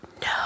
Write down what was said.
no